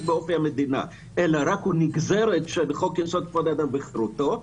באופי המדינה אלא הוא רק נגזרת של חוק יסוד: כבוד האדם וחירותו,